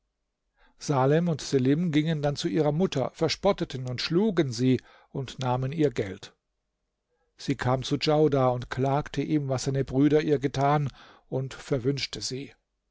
salem und selim gingen dann zu ihrer mutter verspotteten und schlugen sie und nahmen ihr geld sie kam zu djaudar und klagte ihm was seine brüder ihr getan und verwünschte sie